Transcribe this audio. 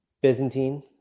byzantine